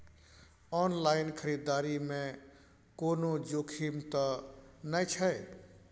Online खरीददारी में कोनो जोखिम त नय छै?